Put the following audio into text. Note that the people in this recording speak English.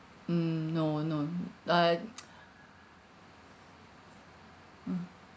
mm no no uh mm